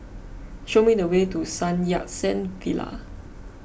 show me the way to Sun Yat Sen Villa